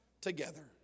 together